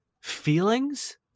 feelings